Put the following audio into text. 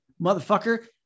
motherfucker